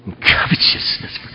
covetousness